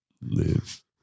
Live